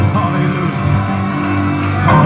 Hallelujah